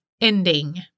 ending